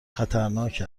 خطرناک